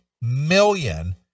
million